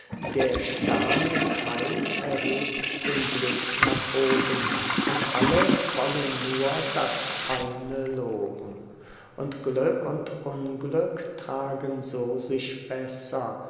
der sterne kreis erhebt den blick nach oben und alle wollen nur das eine loben und glück und unglück tragen so sich besser